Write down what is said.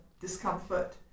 discomfort